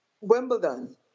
Wimbledon